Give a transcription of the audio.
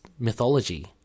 mythology